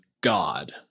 god